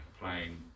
playing